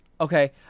okay